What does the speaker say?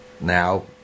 now